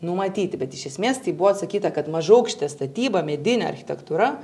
numatyti bet iš esmės tai buvo atsakyta kad mažaaukštė statyba medinė architektūra